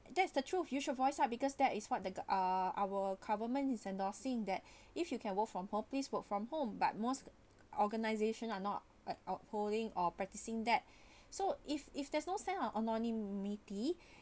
that's the truth you should voice up because that is what the uh our government is endorsing that if you can work from home please work from home but most organization are not uh holding or practicing that so if if there's no sign on anonymity